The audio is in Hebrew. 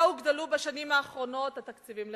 הוגדלו בשנים האחרונות התקציבים לחלוקה?